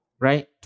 right